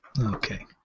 Okay